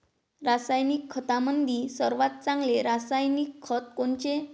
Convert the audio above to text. रासायनिक खतामंदी सर्वात चांगले रासायनिक खत कोनचे?